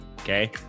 okay